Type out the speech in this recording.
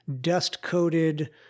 dust-coated